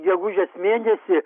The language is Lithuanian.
gegužės mėnesį